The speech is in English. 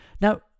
now